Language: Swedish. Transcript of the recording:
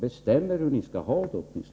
Bestäm er åtminstone för hur ni skall ha det!